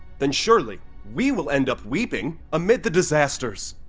then surely we will end up weeping amid the disasters!